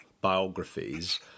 biographies